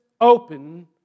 open